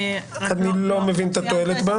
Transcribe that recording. אני לא מבין את התועלת בה.